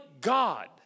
God